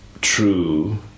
true